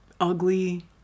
ugly